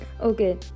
okay